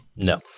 No